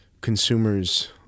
consumers